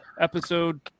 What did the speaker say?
episode